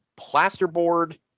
plasterboard